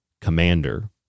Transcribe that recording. Commander